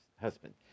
husband